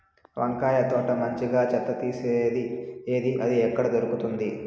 వంకాయ తోట మంచిగా చెత్త తీసేది ఏది? అది ఎక్కడ దొరుకుతుంది?